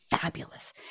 fabulous